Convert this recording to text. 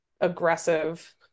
aggressive